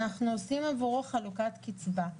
אנחנו עושים עבורו חלוקת קצבה.